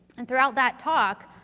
and throughout that talk,